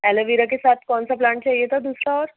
aloe vera کے ساتھ کون سا پلانٹ چاہیے تھا دوسرا اور